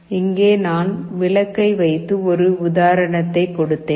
இங்கே நான் விளக்கை வைத்து ஒரு உதாரணத்தைக் கொடுத்தேன்